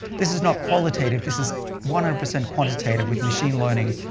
this is not qualitative. this is one hundred percent quantitative with machine learning,